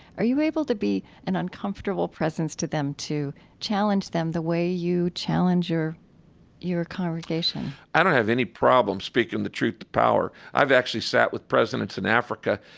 are you able to be an uncomfortable presence to them to challenge them the way you challenge your your congregation? i don't have any problem speaking the truth to power. i've actually sat with presidents in africa.